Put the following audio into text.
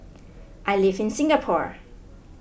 I live in Singapore